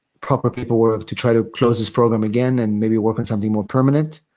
proper paperwork to try to close this program again and maybe work on something more permanent.